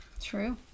True